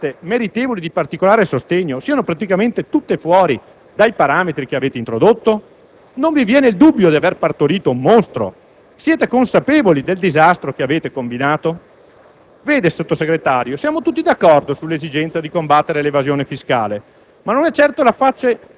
quelle di recente costituzione e quelle che fanno ricerca (che quindi si dovrebbero considerare meritevoli di particolare sostegno), siano praticamente tutte fuori dai parametri che avete introdotto? Non vi viene il dubbio di aver partorito un mostro? Siete consapevoli del disastro che avete combinato?